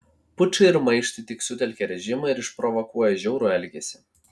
pučai ir maištai tik sutelkia režimą ir išprovokuoja žiaurų elgesį